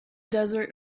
desert